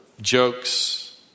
jokes